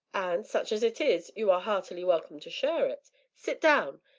and, such as it is, you are heartily welcome to share it sit down,